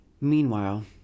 Meanwhile